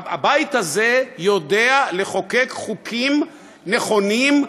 הבית הזה יודע לחוקק חוקים נכונים,